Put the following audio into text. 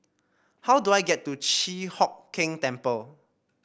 how do I get to Chi Hock Keng Temple